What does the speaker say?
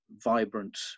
vibrant